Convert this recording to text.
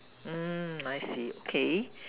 mm I see okay